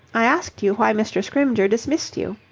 i asked you why mr. scrymgeour dismissed you.